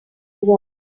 want